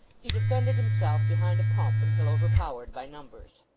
he defended himself behind a pump, until overpowered by numbers.